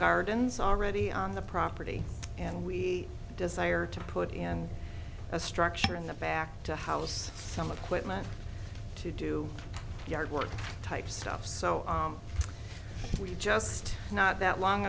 gardens already on the property and we desire to put in a structure in the back to house some appointment to do yard work type stuff so we just not that long